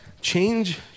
Change